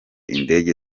indege